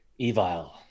Evile